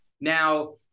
Now